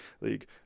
league